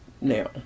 now